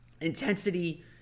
intensity